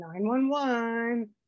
911